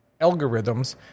algorithms